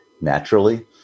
naturally